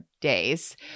days